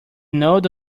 node